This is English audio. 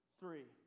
three